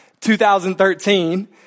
2013